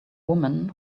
woman